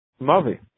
Mavi